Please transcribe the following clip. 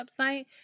website